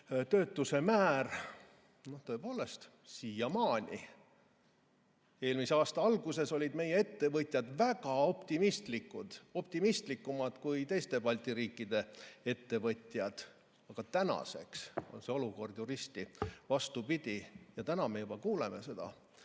töötuse määr. Tõepoolest, siiamaani! Eelmise aasta alguses olid meie ettevõtjad väga optimistlikud, optimistlikumad kui teiste Balti riikide ettevõtjad, aga nüüd on risti vastupidi. Me juba kuuleme, kuidas